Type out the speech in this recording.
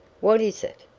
what is it?